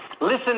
Listen